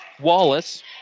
Wallace